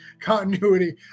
continuity